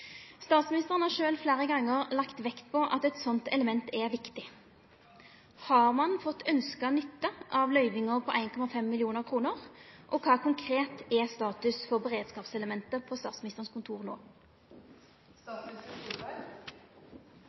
Statsministeren har sjølv fleire gonger lagt vekt på at eit slikt element er viktig. Har ein fått ønskt nytte av løyvinga på 1,5 mill. kr, jf. Prop. 29 S for 2013 – 2014, og kva er konkret status for beredskapselementet på